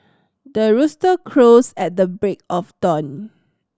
the rooster crows at the break of dawn